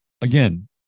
again